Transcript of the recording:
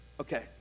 okay